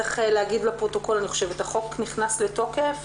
צריך להגיד לפרוטוקול - החוק נכנס לתוקף